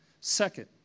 Second